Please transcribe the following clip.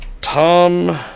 Tom